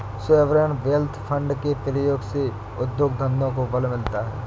sovereign wealth fund के प्रयोग से उद्योग धंधों को बल मिलता है